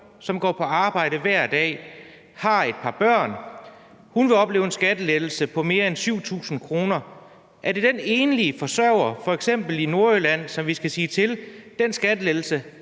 som går på arbejde hver dag og har et par børn, vil opleve en skattelettelse på mere end 7.000 kr. Er det den enlige forsørger i f.eks. Nordjylland, som vi skal fortælle, at den skattelettelse